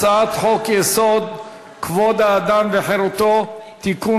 הצעת חוק-יסוד: כבוד האדם וחירותו (תיקון,